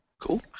Cool